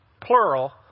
plural